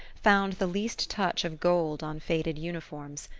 found the least touch of gold on faded uniforms,